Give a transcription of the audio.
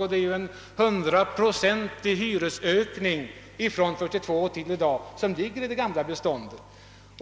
Hyresökningen sedan dess fram till i dag är upp till hundra procent i det gamla beståndet.